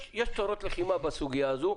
יש תורות לחימה בסוגיה הזו.